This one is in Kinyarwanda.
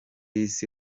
isi